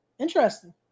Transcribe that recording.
Interesting